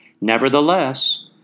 Nevertheless